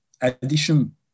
addition